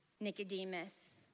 Nicodemus